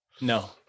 No